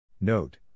Note